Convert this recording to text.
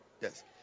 Yes